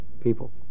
people